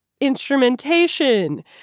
instrumentation